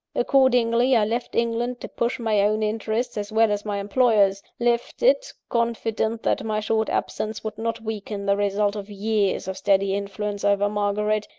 accordingly, i left england to push my own interests, as well as my employer's left it, confident that my short absence would not weaken the result of years of steady influence over margaret.